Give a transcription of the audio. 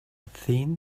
thin